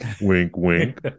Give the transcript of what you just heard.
Wink-wink